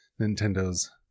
Nintendo's